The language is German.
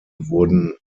wurden